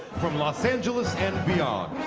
from los angeles and beyond.